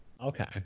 Okay